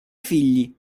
figli